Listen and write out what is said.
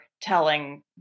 telling